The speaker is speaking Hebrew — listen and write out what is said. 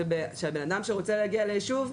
שבן אדם שרוצה להגיע ליישוב,